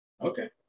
Okay